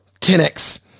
10X